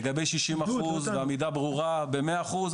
לגבי שישים אחוז ועמידה ברורה במאה אחוז,